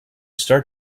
start